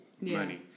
money